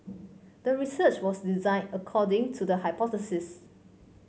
the research was designed according to the hypothesis